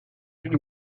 une